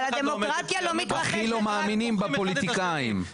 הכי לא מאמינים בפוליטיקאים.